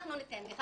אנחנו ניתן לך